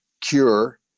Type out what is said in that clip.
cure